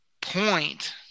point –